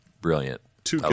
brilliant